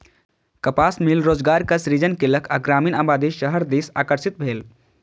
कपास मिल रोजगारक सृजन केलक आ ग्रामीण आबादी शहर दिस आकर्षित भेल